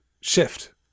shift